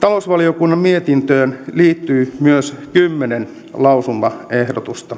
talousvaliokunnan mietintöön liittyy myös kymmenen lausumaehdotusta